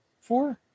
four